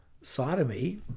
sodomy